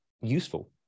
useful